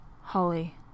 holly